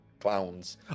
clowns